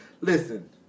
Listen